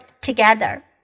together